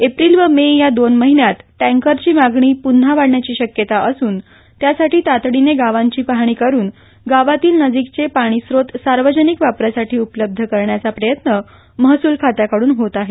April व May या दोन महिन्यात टँकरची मागणी प्रन्हा वाढण्याची शक्यता असूनत्यासाठी तातडीने गावांची पाहणी करून गावातील नजीकचे पाणीस्त्रोत सार्वजनिक वापरासाठी उपलब्ध करण्याचा प्रयत्न महसूल खात्याकडून होत आहे